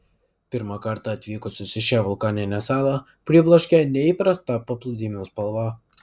pirmą kartą atvykusius į šią vulkaninę salą pribloškia neįprasta paplūdimių spalva